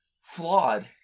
flawed